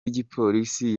w’igipolisi